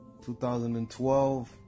2012